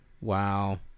Wow